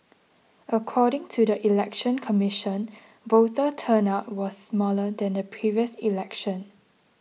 according to the Election Commission voter turnout was smaller than the previous election